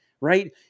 Right